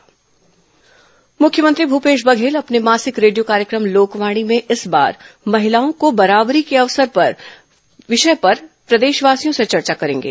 लोकवाणी मुख्यमंत्री भूपेश बघेल अपने मासिक रेडियो कार्यक्रम लोकवाणी में इस बार महिलाओं को बराबरी के अवसर विषय पर प्रदेशवासियों से चर्चा करेंगे